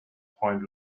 point